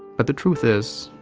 but the truth is.